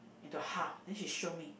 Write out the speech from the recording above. into half then she show me